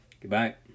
goodbye